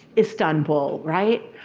istanbul, right,